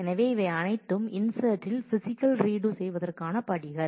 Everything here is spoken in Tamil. எனவே இவை அனைத்தும் இன்சர்ட்டில் பிசிக்கல் ரீடு செய்வதற்கான படிகள்